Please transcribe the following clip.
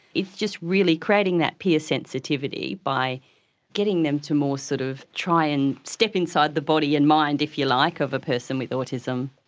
it's just really creating that peer sensitivity by getting them to more sort of try and step inside the body and mind, if you like, of a person with autism.